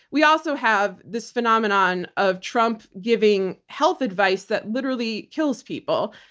we also have this phenomenon of trump giving health advice that literally kills people.